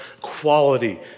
quality